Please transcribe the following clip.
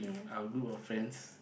our group of friends